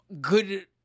good